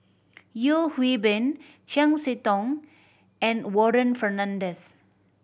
Yeo Hwee Bin Chiam See Tong and Warren Fernandez